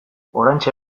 oraintxe